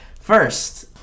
First